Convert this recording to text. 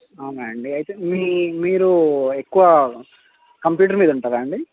అవునా అండి అయితే మీ మీరు ఎక్కువ కంప్యూటర్ మీద ఉంటారా అండి